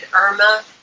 Irma